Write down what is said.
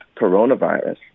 coronavirus